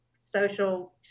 social